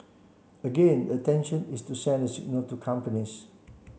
again the intention is to send a signal to companies